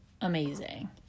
amazing